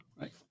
right